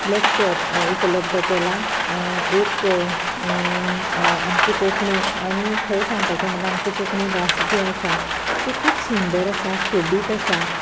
lecture उपलब्ध केलां एक आमची कोंकणी आनी खरें सांगपाचें म्हणल्यार आमची भास जी आसा ती खूब सुंदर आसा सोबीत आसा